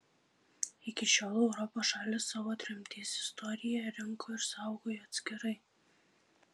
iki šiol europos šalys savo tremties istoriją rinko ir saugojo atskirai